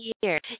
year